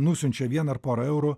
nusiunčia vieną ar porą eurų